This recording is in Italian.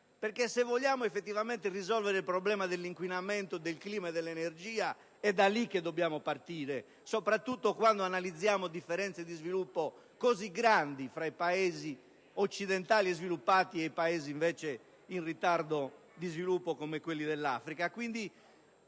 Se vogliamo effettivamente risolvere il problema dell'inquinamento, del clima e dell'energia, è da lì che dobbiamo partire, soprattutto quando registriamo differenze così grandi tra i Paesi occidentali sviluppati e i Paesi in ritardo di sviluppo, come quelli dell'Africa.